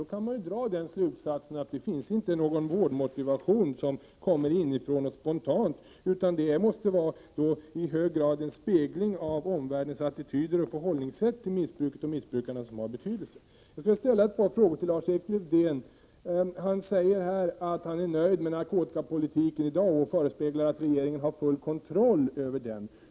Man kan därför dra den slutsatsen att det inte finns någon spontan, inifrån kommande vårdmotivation hos missbrukare. Det måste då i hög grad vara omvärldens attityder och förhållningssätt till missbruket och missbrukarna som har betydelse. Jag vill ställa ett par frågor till Lars-Erik Lövdén. Han säger att han är nöjd med narkotikapolitiken i dag och förespeglar att regeringen har full kontroll över den.